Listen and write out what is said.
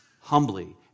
humbly